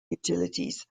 utilities